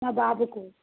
మా బాబుకు